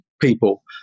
people